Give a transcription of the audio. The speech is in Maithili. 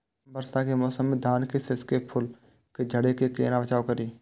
वर्षा के मौसम में धान के शिश के फुल के झड़े से केना बचाव करी?